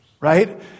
right